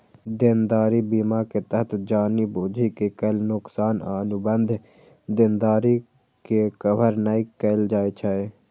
देनदारी बीमा के तहत जानि बूझि के कैल नोकसान आ अनुबंध देनदारी के कवर नै कैल जाइ छै